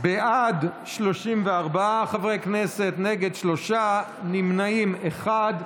בעד, 34 חברי כנסת, נגד, שלושה, נמנעים, אחד.